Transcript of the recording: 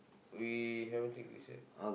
we haven't take this yet